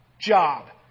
job